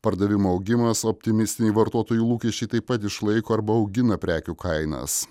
pardavimų augimas optimistiniai vartotojų lūkesčiai taip pat išlaiko arba augina prekių kainas